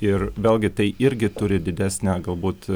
ir vėlgi tai irgi turi didesnę galbūt